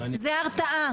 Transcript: זו הרתעה.